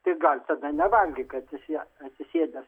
tik gal tada nevalgyk atsisė atsisėdęs